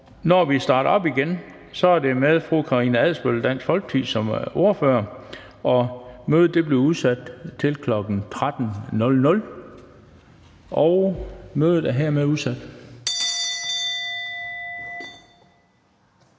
når vi starter op igen, er det med fru Karina Adsbøl, Dansk Folkeparti, som ordfører. Mødet udsættes til kl. 13.00. Mødet er udsat.